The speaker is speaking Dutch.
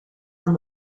aan